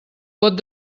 pot